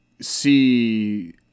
see